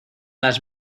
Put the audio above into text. las